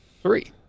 Three